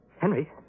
Henry